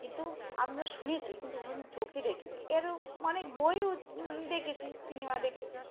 কিন্তু আমরা শুনেছি কিন্তু ওখানে চোখে দেখিনি এরও অনেক বইও দেখেছি সিনেমা দেখেছি